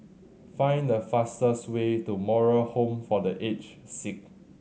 find the fastest way to Moral Home for The Aged Sick